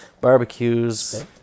barbecues